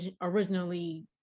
originally